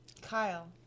Kyle